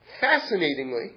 Fascinatingly